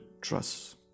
trust